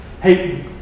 hey